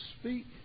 speak